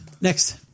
next